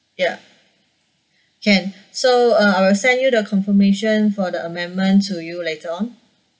ya can so uh I will send you the confirmation for the amendment to you later on